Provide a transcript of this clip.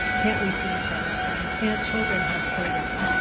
can't we see each other and can't children have play dates?